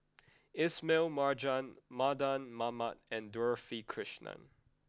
Ismail Marjan Mardan Mamat and Dorothy Krishnan